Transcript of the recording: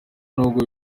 nubwo